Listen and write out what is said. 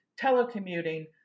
telecommuting